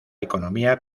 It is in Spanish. economía